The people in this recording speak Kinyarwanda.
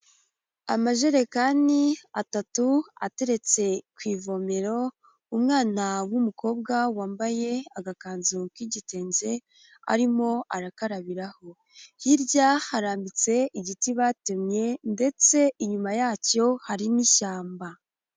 Amajerekani atatu ateretse ku ivomero, umwana w'umukobwa wambaye agakanzu k'igitenge arimo arakarabiraho, hirya harambitse igiti batemye ndetse inyuma yacyo hari n'ishyamba.